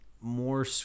more